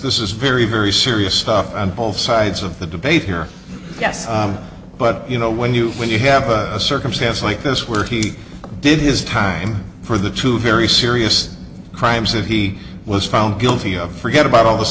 this is very very serious stuff on both sides of the debate here yes but you know when you when you have a circumstance like this where he did his time for the two very serious crimes that he was found guilty of forget about all this